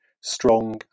Strong